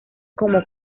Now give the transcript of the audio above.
como